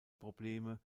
probleme